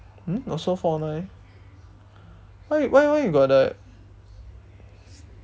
mm also four O nine why why why you got the